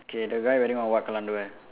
okay the guy wearing wh~ what colour underwear